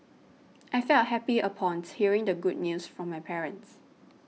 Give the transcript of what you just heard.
I felt happy upon hearing the good news from my parents